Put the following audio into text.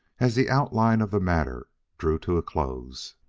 as the outlining of the matter drew to a close,